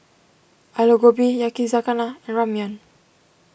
Alu Gobi Yakizakana and Ramyeon